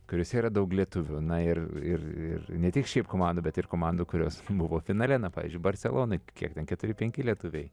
kuriose yra daug lietuvių na ir ir ir ne tik šiaip komandų bet ir komandų kurios buvo finale na pavyzdžiui barselonoj kiek ten keturi penki lietuviai